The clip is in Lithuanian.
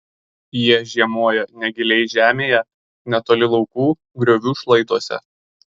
jie žiemoja negiliai žemėje netoli laukų griovių šlaituose